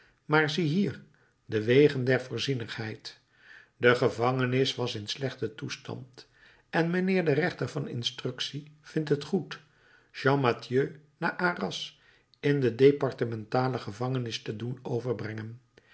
maar zie hier de wegen der voorzienigheid de gevangenis was in slechten toestand en mijnheer de rechter van instructie vindt het goed champmathieu naar arras in de departementale gevangenis te doen overbrengen